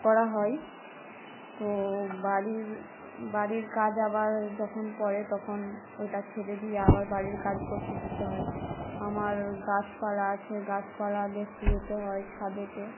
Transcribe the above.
করা হয় তো বাড়ির বাড়ির কাজ আবার যখন পড়ে তখন ওটা ছেড়ে দিয়ে আবার বাড়ির কাজ করতে যেতে হয় আমার গাছপালা আছে গাছপালা দেখতে যেতে হয় ছাদেতে